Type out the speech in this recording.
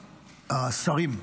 השרים,